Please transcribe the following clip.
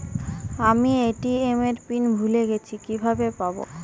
আমি এ.টি.এম এর পিন ভুলে গেছি কিভাবে পাবো?